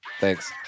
Thanks